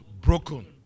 Broken